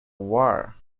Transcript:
war